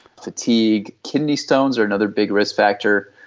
fatigue, kidney stones are another big risk factor.